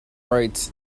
rights